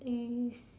um